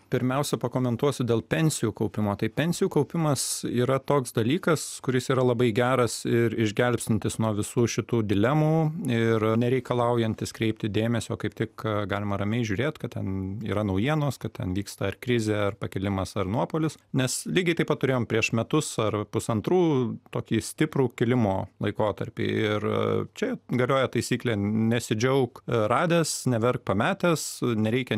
pirmiausia pakomentuosiu dėl pensijų kaupimo tai pensijų kaupimas yra toks dalykas kuris yra labai geras ir išgelbstintis nuo visų šitų dilemų ir nereikalaujantis kreipti dėmesio kaip tik galima ramiai žiūrėt kad ten yra naujienos kad ten vyksta ar krizė ar pakilimas ar nuopuolis nes lygiai taip pat turėjom prieš metus ar pusantrų tokį stiprų kilimo laikotarpį ir čia galioja taisyklė nesidžiauk radęs neverk pametęs nereikia